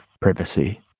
privacy